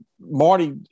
Marty